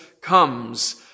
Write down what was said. comes